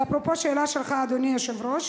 זה אפרופו השאלה שלך, אדוני היושב-ראש.